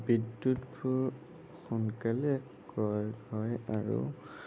বিদ্য়ুতবোৰ সোনকালে ক্ৰয় হয় আৰু